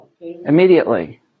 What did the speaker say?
Immediately